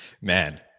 Man